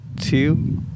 two